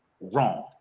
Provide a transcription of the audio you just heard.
wrong